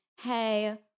hey